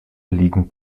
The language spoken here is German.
liegen